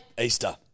Easter